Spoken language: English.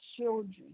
children